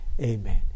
amen